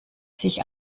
sich